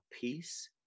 peace